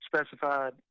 specified